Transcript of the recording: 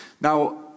Now